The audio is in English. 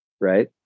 right